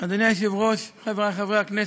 1 2. אדוני היושב-ראש, חברי חברי הכנסת,